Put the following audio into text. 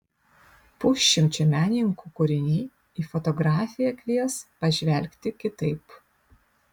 pusšimčio menininkų kūriniai į fotografiją kvies pažvelgti kitaip